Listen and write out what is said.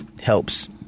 helps